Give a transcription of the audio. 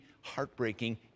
heartbreaking